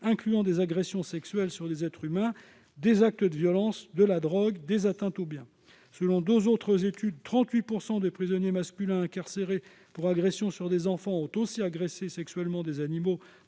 avec des agressions sexuelles sur des êtres humains, des actes de violence, des délits liés à la drogue ou des atteintes aux biens. Selon deux autres études, 38 % de prisonniers masculins incarcérés pour des agressions sur des enfants ont aussi agressé sexuellement des animaux